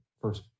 First